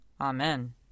Amen